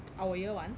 our year [one]